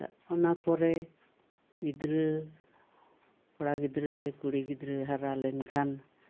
ᱛᱚ ᱚᱱᱟ ᱯᱚᱨᱮ ᱜᱤᱫᱽᱨᱟᱹ ᱠᱚᱲᱟ ᱜᱤᱫᱽᱨᱟᱹ ᱥᱮ ᱠᱩᱲᱤ ᱜᱤᱫᱽᱨᱟᱹ ᱦᱟᱨᱟ ᱞᱮᱱ ᱠᱷᱟᱱ